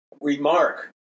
remark